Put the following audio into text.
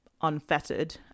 unfettered